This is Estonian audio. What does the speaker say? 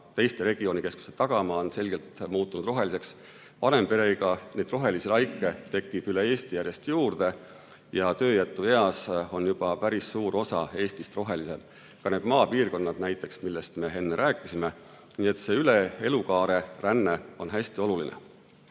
teiste regioonikeskuste tagamaa on selgelt muutunud roheliseks. Vanem pereiga, neid rohelisi laike tekib üle Eesti järjest juurde ja tööjätueas on juba päris suur osa Eestist rohelisem. Ka need maapiirkonnad, näiteks, millest me enne rääkisime. Nii et see üle elukaare ränne on hästi oluline.